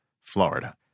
Florida